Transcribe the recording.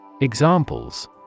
Examples